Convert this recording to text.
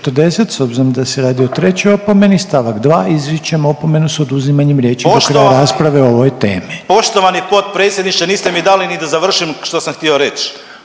Poštovani potpredsjedniče, niste mi dali ni da završim što sam htio reći.